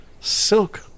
silk